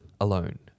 alone